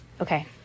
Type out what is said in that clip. Okay